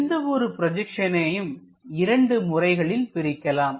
எந்த ஒரு ப்ரொஜெக்ஷனையும் இரண்டு முறைகளில் பிரிக்கலாம்